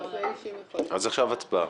עכשיו הצבעה.